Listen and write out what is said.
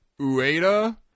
Ueda